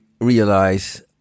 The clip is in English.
realize